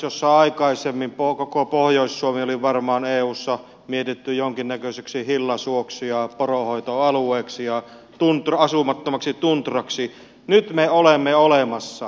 kun aikaisemmin koko pohjois suomi oli varmaan eussa mietitty jonkinnäköiseksi hillasuoksi ja poronhoitoalueeksi ja asumattomaksi tundraksi nyt me olemme olemassa